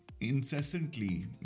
incessantly